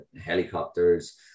helicopters